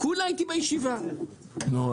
כולה הייתי בישיבה --- נו,